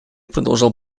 продолжал